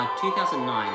2009